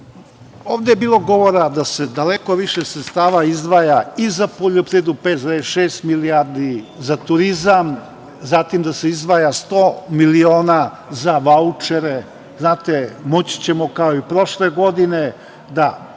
je bilo govora da se daleko više sredstava izdvaja i za poljoprivredu 5,6 milijardi, za turizam, zatim da se izdvaja sto miliona za vaučere. Znate, moći ćemo, kao i prošle godine, ako